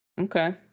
Okay